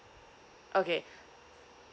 okay